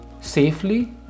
safely